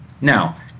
Now